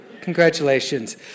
congratulations